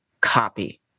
copy